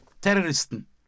Terroristen